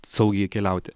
saugiai keliauti